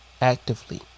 Actively